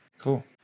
Cool